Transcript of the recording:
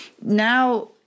now